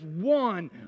one